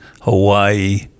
Hawaii